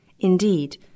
Indeed